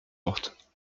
porte